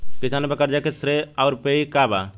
किसान पर क़र्ज़े के श्रेइ आउर पेई के बा?